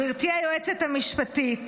גברתי היועצת המשפטית,